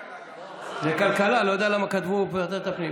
זה כלכלה, לא יודע למה כתבו ועדת הפנים.